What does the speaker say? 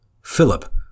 Philip